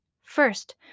First